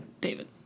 David